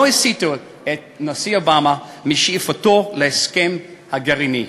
הסיטו את הנשיא אובמה משאיפתו להסכם הגרעיני.